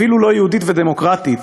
אפילו לא "יהודית ודמוקרטית",